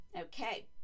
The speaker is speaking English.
okay